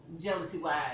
jealousy-wise